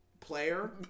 player